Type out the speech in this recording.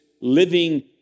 living